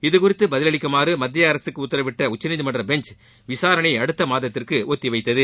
இதுகுறித்து பதிலளிக்குமாறு மத்திய அரசுக்கு உத்தரவிட்ட உச்சநீதிமன்ற பெஞ்ச் விசாரணையை அடுத்த மாதத்திற்கு ஒத்திவைத்தது